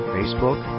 Facebook